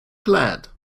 glad